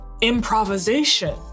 improvisation